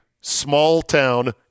small-town